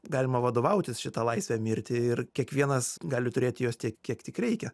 galima vadovautis šita laisve mirti ir kiekvienas gali turėti jos tiek kiek tik reikia